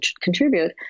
contribute